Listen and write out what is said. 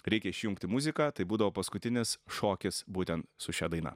reikia išjungti muziką tai būdavo paskutinis šokis būtent su šia daina